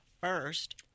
first